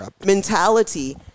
mentality